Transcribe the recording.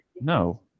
No